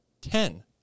Ten